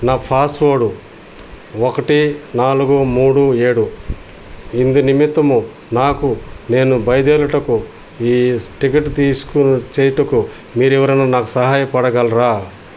నా password ఒకటి నాలుగు మూడు ఏడు ఇందు నిమిత్తము నాకు నేను బైయలుదేరుటకు ఈ టికెట్ తీసుకుని చేయుటకు మీరెవరన్నా నాకు సహాయపడగలరా